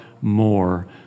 more